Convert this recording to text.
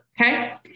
Okay